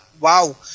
wow